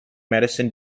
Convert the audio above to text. medicine